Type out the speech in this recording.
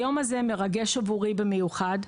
היום הזה מרגש עבורי במיוחד.